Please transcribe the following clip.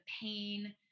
pain